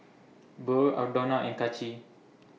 Burr Aldona and Kaci